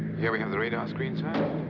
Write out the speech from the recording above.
here we have the radar screen, sir.